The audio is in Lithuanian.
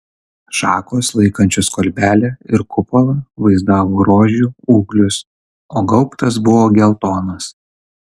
šakos laikančios kolbelę ir kupolą vaizdavo rožių ūglius o gaubtas buvo geltonas